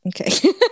okay